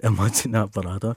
emocinio aparato